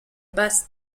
bus